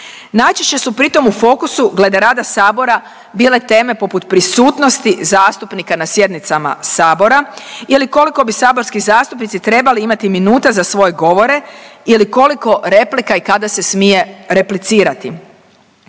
Najčešće su pritom u fokusu, glede rada Sabora bile teme poput prisutnosti zastupnika na sjednicama Sabora ili koliko bi saborski zastupnici trebali imati minuta za svoje govore ili koliko replika i kada se smije replicirati.